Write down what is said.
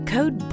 Code